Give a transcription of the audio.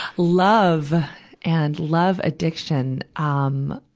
love and love addiction, um